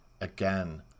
Again